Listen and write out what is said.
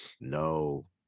No